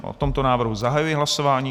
O tomto návrhu zahajuji hlasování.